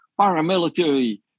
paramilitary